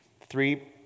Three